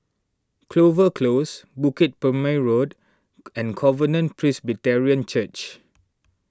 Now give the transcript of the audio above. Clover Close Bukit Purmei Road and Covenant Presbyterian Church